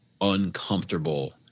uncomfortable